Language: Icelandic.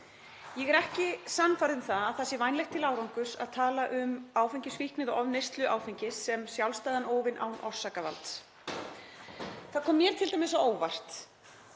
Ég er ekki sannfærð um að það sé vænlegt til árangurs að tala um áfengisfíkn eða ofneyslu áfengis sem sjálfstæðan óvin án orsakavalds. Það kom mér t.d. á óvart